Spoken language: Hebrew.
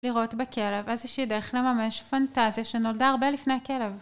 לראות בכלב איזושהי דרך לממש פנטזיה שנולדה הרבה לפני הכלב